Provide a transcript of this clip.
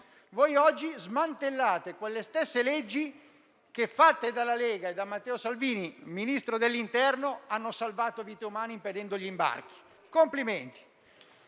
voi oggi smantellate quelle stesse leggi che, fatte dalla Lega e da Matteo Salvini, Ministro dell'interno, hanno salvato vite umane impedendo gli imbarchi. Complimenti!